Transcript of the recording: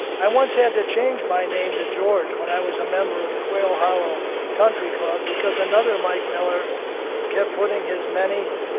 i once had to change my name to george when i was a member of the quail hollow country club, because another mike miller kept putting his many,